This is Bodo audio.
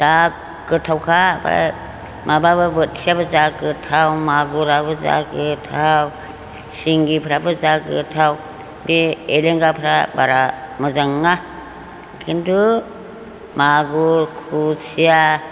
जा गोथावखा आफ्राय माबाबो बोथियाबो जा गोथाव मागुराबो जा गोथाव सिंगिफ्राबो जा गोथाव बे एलेंगाफ्रा बारा मोजां नङा खिन्थु मागुर खुसिया